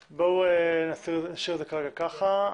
נשאיר את זה כרגע כך.